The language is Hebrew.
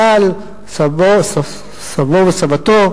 אי-אפשר לצפות מהם